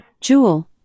Jewel